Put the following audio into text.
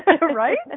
Right